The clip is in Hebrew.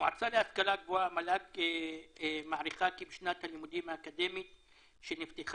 המועצה להשכלה הגבוהה מעריכה כי בשנת הלימודים האקדמית שנפתחה,